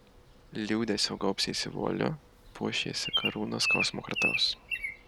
liūdesio gaubsiesi vualiu puošiesi karūna skausmo kartaus